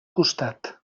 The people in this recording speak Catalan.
costat